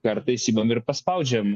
kartais imam ir paspaudžiam